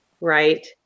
right